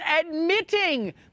admitting